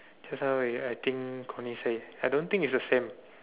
just now wait I think Corny say I don't think is the same